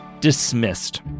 dismissed